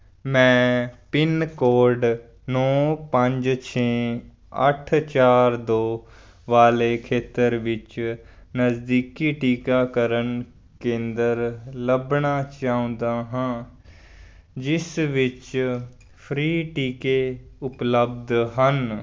ਮੈਂ pin code ਨੌਂ ਪੰਜ ਛੇ ਅੱਠ ਚਾਰ ਦੋ ਵਾਲੇ ਖੇਤਰ ਵਿੱਚ ਨਜ਼ਦੀਕੀ ਟੀਕਾਕਰਨ ਕੇਂਦਰ ਲੱਭਣਾ ਚਾਹੁੰਦਾ ਹਾਂ ਜਿਸ ਵਿੱਚ ਫ੍ਰੀ ਟੀਕੇ ਉਪਲਬਧ ਹਨ